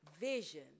Vision